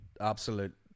Absolute